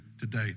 today